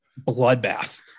bloodbath